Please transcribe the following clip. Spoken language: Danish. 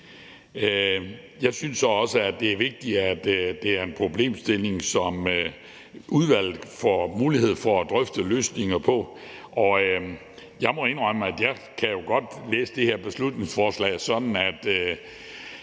Jeg synes så også, at det er vigtigt, at det er en problemstilling, som udvalget får mulighed for at drøfte løsninger på, og jeg må jo også indrømme, at jeg godt kan læse det her beslutningsforslag sådan, at